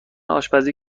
آشپزی